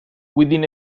within